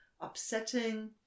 upsetting